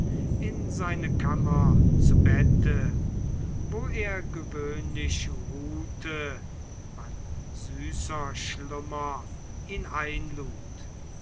in seine kammer zu bette wo er gewöhnlich ruhte wann süßer schlummer ihn einlud